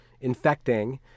infecting